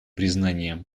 признанием